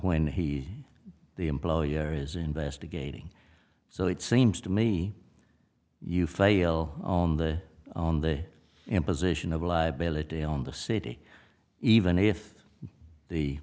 when he the employer is investigating so it seems to me you fail on the on the imposition of liability on the city even if the